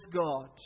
God